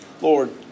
Lord